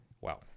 Wow